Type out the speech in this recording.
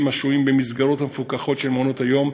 השוהים במסגרות המפוקחות של מעונות-היום,